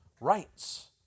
Rights